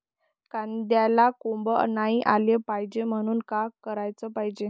कांद्याला कोंब नाई आलं पायजे म्हनून का कराच पायजे?